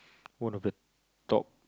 one of the top